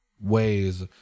ways